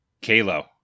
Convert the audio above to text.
Kalo